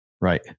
Right